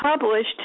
published